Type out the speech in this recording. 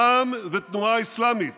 רע"מ והתנועה האסלאמית